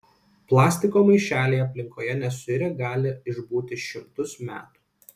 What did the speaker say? plastiko maišeliai aplinkoje nesuirę gali išbūti šimtus metų